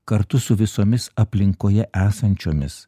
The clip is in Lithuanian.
kartu su visomis aplinkoje esančiomis